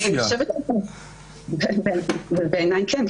בעיניי כן.